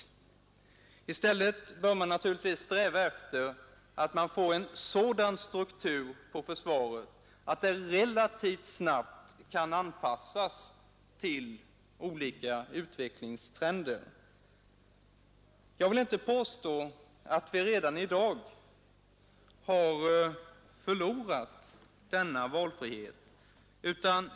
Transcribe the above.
I stället bör man eftersträva en sådan struktur på försvaret att detta relativt snabbt kan anpassas till olika utvecklingstrender. Jag vill inte påstå att vi redan i dag har förlorat denna valfrihet.